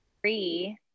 Three